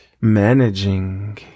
managing